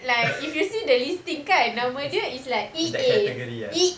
it's that category ah